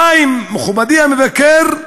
המים, מכובדי המבקר,